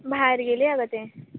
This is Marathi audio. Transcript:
बाहेर गेले अग ते